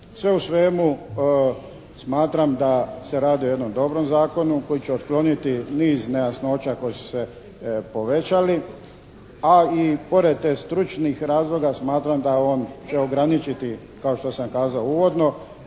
Sve u svemu, smatram da se radi o jednom dobrom zakonu koji će otkloniti niz nejasnoća koji su se povećali a i pored stručnih razloga smatram da on će ograničiti kao što sam kazao uvodno